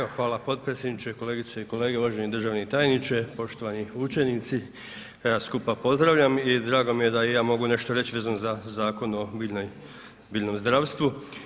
Evo hvala potpredsjedniče, kolegice i kolege, uvaženi državni tajniče, poštovani učenici, sve vas skupa pozdravljam i drago mi je da i ja mogu nešto reći vezano za Zakon o biljnom zdravstvu.